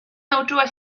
nauczyła